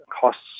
costs